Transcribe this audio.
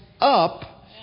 up